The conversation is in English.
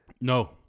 No